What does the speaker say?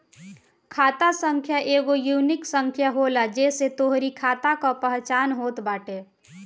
खाता संख्या एगो यूनिक संख्या होला जेसे तोहरी खाता कअ पहचान होत बाटे